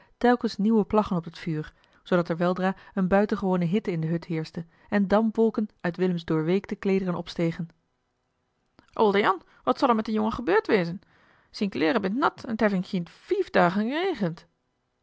telkens nieuwe plaggen op het vuur zoodat er weldra eene buitengewone hitte in de hut heerschte en dampwolken uit willems doorweekte kleederen opstegen oldejan wat zol er met den jongen gebeurd wêzen zien kleeren bint nat en t hef in geen vief dagen